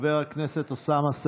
חבר הכנסת אוסאמה סעדי,